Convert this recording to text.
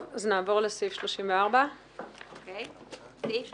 נעבור לסעיף 34. סעיף 34,